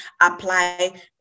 apply